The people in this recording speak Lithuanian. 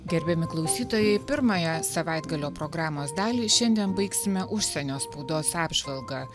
gerbiami klausytojai pirmąją savaitgalio programos dalį šiandien baigsime užsienio spaudos apžvalga